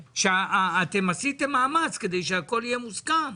שאתם עשיתם מאמץ כדי שהכול יהיה מוסכם,